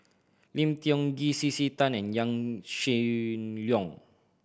Lim Tiong Ghee C C Tan and Yaw Shin Leong